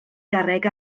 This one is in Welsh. garreg